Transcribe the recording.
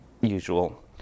usual